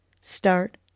start